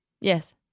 Yes